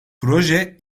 proje